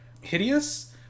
hideous